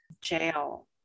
Jail